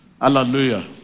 Hallelujah